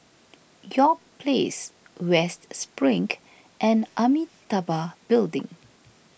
York Place West Spring and Amitabha Building